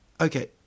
okay